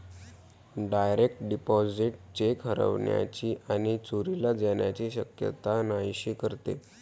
direct deposit cheque हरवण्याची आणि चोरीला जाण्याची शक्यता नाहीशी करते